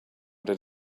did